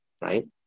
right